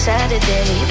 Saturday